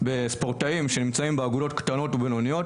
בספורטאים שנמצאים באגודות קטנות ובינוניות,